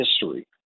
history